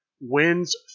wins